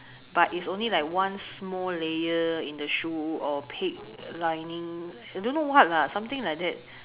but is only like one small layer in the shoe or pig lining don't know what lah something like that